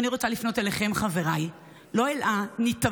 אני רוצה לפנות אליכם, חבריי, לא אל הנתעבים,